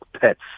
pets